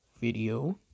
video